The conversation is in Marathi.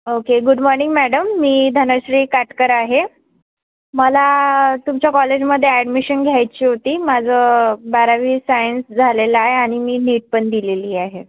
ओके गुड मॉर्निंग मॅडम मी धनश्री काटकर आहे मला तुमच्या कॉलेजमध्ये ॲडमिशन घ्यायची होती माझं बारावी सायन्स झालेलं आहे आणि मी नीट पण दिलेली आहे